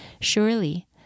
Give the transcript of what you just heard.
Surely